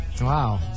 Wow